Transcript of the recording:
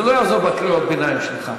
זה לא יעזור, קריאות הביניים שלך.